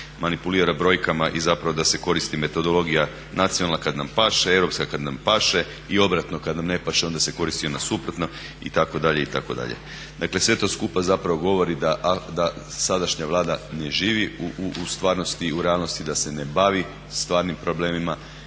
manipulira brojkama i da se koristi metodologija nacionalna kada nam paše, europska kada nam paše i obratno kada nam ne paše onda se koristi ono suprotno itd. dakle to sve skupa govori da sadašnja Vlada ne živi u stvarnosti i u realnosti i da se ne bavi stvarnim problemima